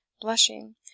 blushing